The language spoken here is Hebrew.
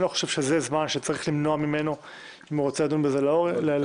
אני לא חושב שזה זמן שצריך למנוע ממנו אם הוא רוצה לדון בזה לעומק.